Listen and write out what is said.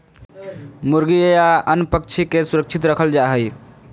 मुर्गी या अन्य पक्षि के सुरक्षित रखल जा हइ